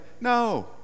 No